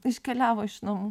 iškeliavo iš namų